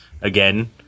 again